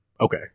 okay